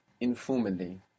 informally